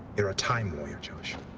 you're a time warrior, josh.